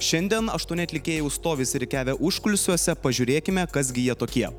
šiandien aštuoni atlikėjai jau stovi išsirikiavę užkulisiuose pažiūrėkime kas gi jie tokie